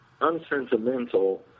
unsentimental